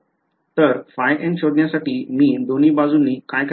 तर ϕn शोधण्यासाठी मी दोन्ही बाजूंनी काय करावे